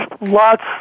lots